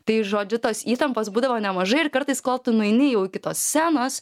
tai žodžiu tos įtampos būdavo nemažai ir kartais kol tu nueini jau iki tos scenos